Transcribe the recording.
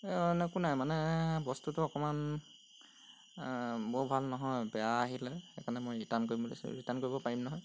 এই অইন একো নাই মানে বস্তুটো অকণমান বৰ ভাল নহয় বেয়া আহিলে সেইকাৰণে মই ৰিটাৰ্ণ কৰিম বুলি ৰিটাৰ্ণ কৰিব পাৰিম নহয়